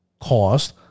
cost